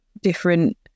different